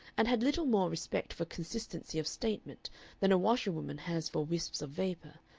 and had little more respect for consistency of statement than a washerwoman has for wisps of vapor,